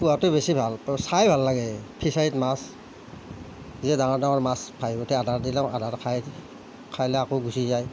পোৱাটো বেছি ভাল আৰু চাই ভাল লাগে ফিছাৰীত মাছ যেতিয়া ডাঙৰ ডাঙৰ মাছ ভাঁহি উঠে আধা আধি লওঁ আধাটো খাই খাই লৈ আকৌ গুচি যায়